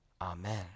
Amen